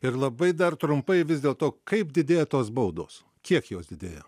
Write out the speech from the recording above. ir labai dar trumpai vis dėl to kaip didėja tos baudos kiek jos didėja